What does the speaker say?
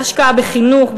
על השקעה בחינוך,